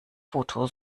foto